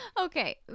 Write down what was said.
Okay